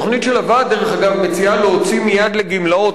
התוכנית של הוועד מציעה להוציא מייד לגמלאות